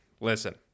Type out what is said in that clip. listen